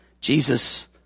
Jesus